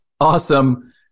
awesome